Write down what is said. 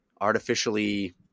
artificially